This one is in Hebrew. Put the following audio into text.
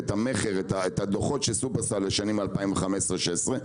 המכר והדוחות של שופרסל בשנים 2015-2016,